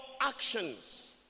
actions